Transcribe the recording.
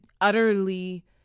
utterly